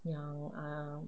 yang err